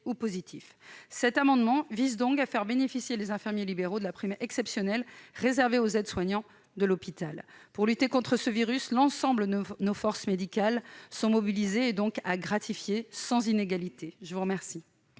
de l'être. Cet amendement vise donc à faire bénéficier les infirmiers libéraux de la prime exceptionnelle réservée aux aides-soignants de l'hôpital. Pour lutter contre ce virus, l'ensemble de nos forces médicales est mobilisé ; il doit donc être gratifié sans inégalités. Quel